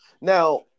Now